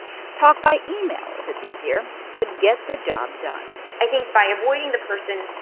talk by email if it's easier, but get the job done i think by avoiding the person,